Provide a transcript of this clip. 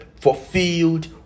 fulfilled